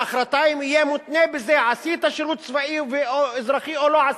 מחר-מחרתיים יהיה מותנה באם עשית שירות אזרחי או לא עשית.